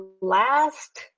Last